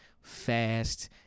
fast